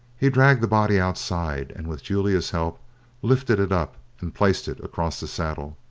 he dragged the body outside, and with julia's help lifted it up and placed it across the saddle.